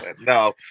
No